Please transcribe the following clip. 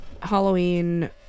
Halloween